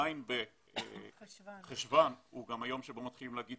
ז' בחשוון שזה גם היום בו מתחילים להגיד